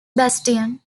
bastion